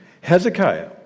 Hezekiah